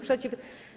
przeciw?